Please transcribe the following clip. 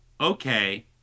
okay